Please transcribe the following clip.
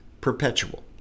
perpetual